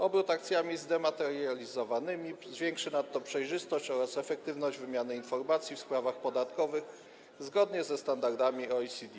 Obrót akcjami zdematerializowanymi zwiększy nadto przejrzystość oraz efektywność wymiany informacji w sprawach podatkowych zgodnie ze standardami OECD.